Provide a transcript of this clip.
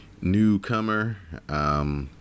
newcomer